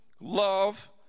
love